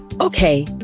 okay